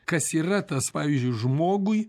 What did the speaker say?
kas yra tas pavyzdžiui žmogui